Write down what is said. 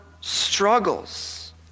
struggles